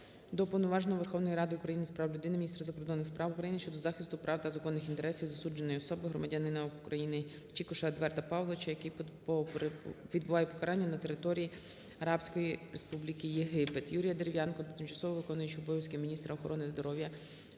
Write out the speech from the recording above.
Уповноваженого Верховної Ради України з прав людини, міністра закордонних справ України щодо захисту прав та законних інтересів засудженої особи – громадянина України Чікоша Едварда Павловича, який відбуває покарання на території Арабської Республіки Єгипет. Юрія Дерев'янка до тимчасово виконуючої обов'язки міністра охорони здоров'я